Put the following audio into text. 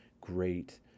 great